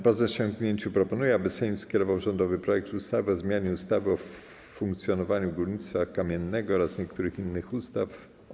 Po zasięgnięciu proponuje, aby Sejm skierował rządowy projekt ustawy o zmianie ustawy o funkcjonowaniu górnictwa kamiennego oraz niektórych innych ustaw.